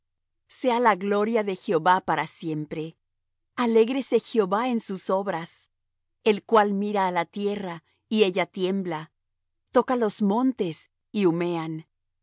sea la gloria de jehová para siempre alégrese jehová en sus obras el cual mira á la tierra y ella tiembla toca los montes y humean